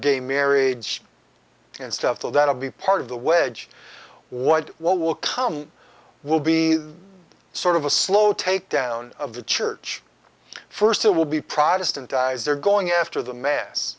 gay marriage and stuff though that will be part of the wedge what what will come will be sort of a slow takedown of the church first it will be protestant guys they're going after the